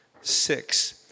Six